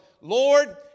Lord